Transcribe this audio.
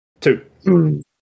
Two